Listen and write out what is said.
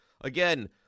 Again